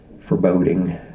foreboding